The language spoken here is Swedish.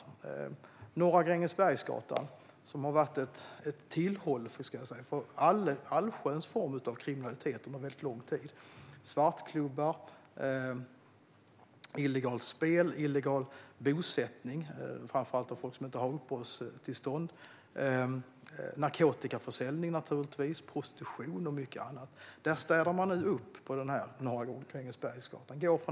På Norra Grängesbergsgatan, som har varit ett tillhåll för allsköns form av kriminalitet under mycket lång tid - svartklubbar, illegalt spel, illegal bosättning framför allt av folk som inte har uppehållstillstånd, naturligtvis narkotikaförsäljning, prostitution och mycket annat - städar man nu upp.